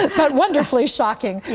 but wonderfully shocking.